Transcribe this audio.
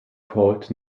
called